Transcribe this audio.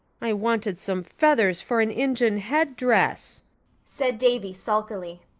i wanted some feathers for an injun headdress, said davy sulkily.